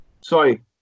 Sorry